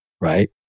right